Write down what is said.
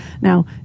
Now